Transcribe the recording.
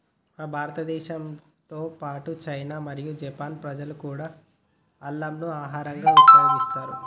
మన భారతదేశంతో పాటు చైనా మరియు జపాన్ ప్రజలు కూడా అల్లంను ఆహరంగా ఉపయోగిస్తారు